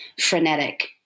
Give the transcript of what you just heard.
frenetic